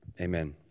Amen